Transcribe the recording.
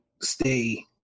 stay